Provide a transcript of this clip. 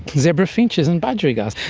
zebra finches and budgerigars,